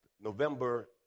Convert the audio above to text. November